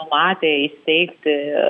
numatę įsteigti